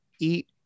eat